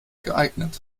geeignet